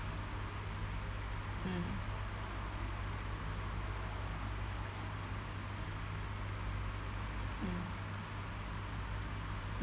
mm mm